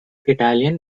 italian